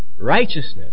Righteousness